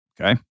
Okay